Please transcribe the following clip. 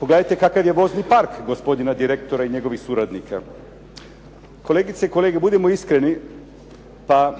Pogledajte kakav je vozni park gospodina direktora i njegovih suradnika. Kolegice i kolege, budimo iskreni pa